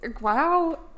Wow